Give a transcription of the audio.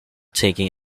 taking